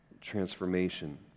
transformation